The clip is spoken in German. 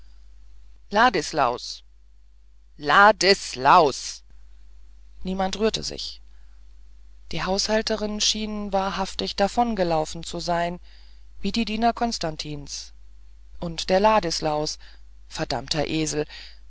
ladislaus la dis laus nichts rührte sich die haushälterin scheint wahrhaftig davongelaufen zu sein wie die diener konstantins und der ladislaus verdammter esel